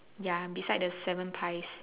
ya beside the seven pies